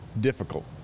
difficult